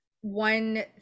one